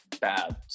bad